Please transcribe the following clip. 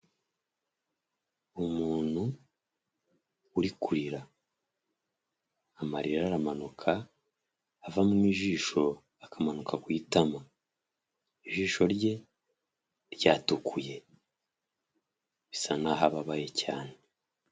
Umuntu uri kurira, amarira aramanuka ava mu ijisho akamanuka ku itama, ijisho rye ryatukuye, bisa nkaho ababaye cyane.